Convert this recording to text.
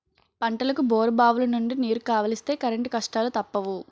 పంటలకు బోరుబావులనుండి నీరు కావలిస్తే కరెంటు కష్టాలూ తప్పవు